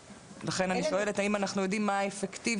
לכן אני שואלת האם אנחנו יודעים מה האפקטיביות?